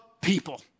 people